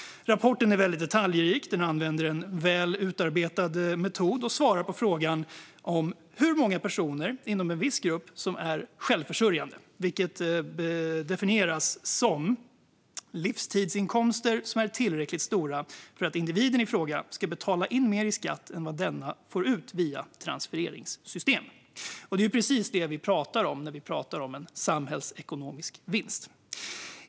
Rapporten är väldigt detaljrik. Den använder en väl utarbetad metod och svarar på frågan hur många personer inom en viss grupp som är självförsörjande. Att vara självförsörjande definieras som att ha livstidsinkomster som är tillräckligt stora för att individen i fråga ska betala in mer i skatt än vad denna får ut via transfereringssystem. Det är ju precis detta vi pratar om när vi pratar om en samhällsekonomisk vinst.